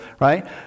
right